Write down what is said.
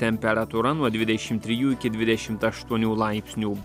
temperatūra nuo dvidešimt trijų iki dvidešimt aštuonių laipsnių